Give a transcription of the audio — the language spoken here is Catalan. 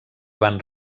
van